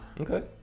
Okay